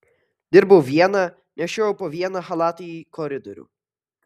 dirbau viena nešiojau po vieną chalatą į koridorių